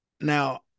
Now